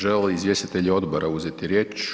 Žele li izvjestitelji odbora uzeti riječ?